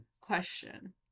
question